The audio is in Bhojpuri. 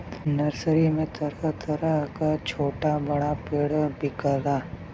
नर्सरी में तरह तरह क छोटा बड़ा पेड़ बिकला